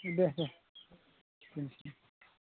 देह देह दोननोसै